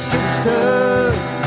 Sisters